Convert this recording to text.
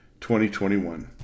2021